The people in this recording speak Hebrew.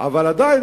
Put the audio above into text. אבל עדיין,